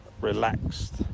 relaxed